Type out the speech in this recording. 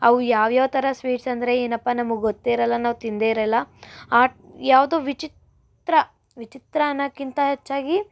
ಅವು ಯಾವ್ಯಾವ ಥರ ಸ್ವೀಟ್ಸ್ ಅಂದರೆ ಏನಪ್ಪ ನಮ್ಗೆ ಗೊತ್ತೇ ಇರಲ್ಲ ನಾವು ತಿಂದೇ ಇರಲ್ಲ ಆ ಯಾವುದೋ ವಿಚಿತ್ರ ವಿಚಿತ್ರ ಅನ್ನೋಕ್ಕಿಂತ ಹೆಚ್ಚಾಗಿ